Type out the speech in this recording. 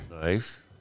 Nice